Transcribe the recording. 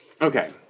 Okay